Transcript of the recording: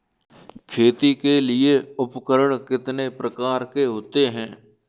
खेती के लिए उपकरण कितने प्रकार के होते हैं?